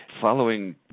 Following